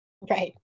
Right